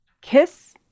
Kiss